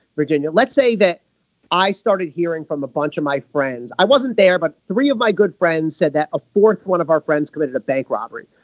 virginia. let's say that i started hearing from a bunch of my friends i wasn't there but three of my good friends said that a fourth one of our friends committed a bank robbery.